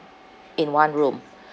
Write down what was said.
in one room